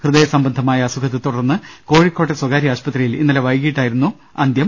ഹൃദയസംബന്ധമായ അസുഖത്തെത്തുടർന്ന് കോഴിക്കോട്ടെ സ്വകാര്യ ആശുപത്രിയിൽ ഇന്നലെ വൈകീട്ടായിരുന്നു അദ്ദേഹ ത്തിന്റെ അന്ത്യം